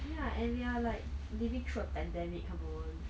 ya and we're like living through a pandemic come on